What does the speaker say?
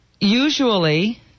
usually